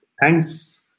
thanks